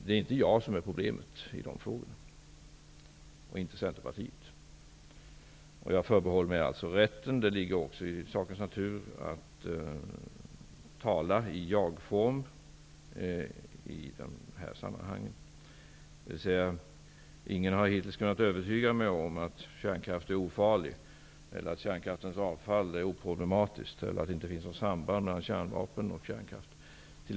Det är inte jag som är problemet i de frågorna och inte Det ligger också i sakens natur att tala i jag-form i de här sammanhangen, dvs. ingen har hittills kunnat övertyga mig om att kärnkraft är ofarlig, att kärnkraftens avfall är oproblematiskt eller att det inte finns något samband mellan kärnvapen och kärnkraft.